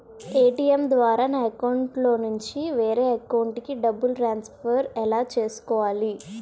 ATM ద్వారా నా అకౌంట్లోనుంచి వేరే అకౌంట్ కి డబ్బులు ట్రాన్సఫర్ ఎలా చేసుకోవాలి?